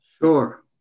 Sure